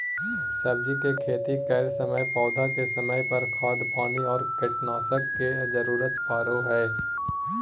सब्जी के खेती करै समय पौधा के समय पर, खाद पानी और कीटनाशक के जरूरत परो हइ